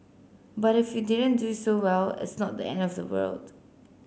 but if you didn't do so well it's not the end of the world